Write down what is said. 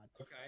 Okay